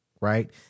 right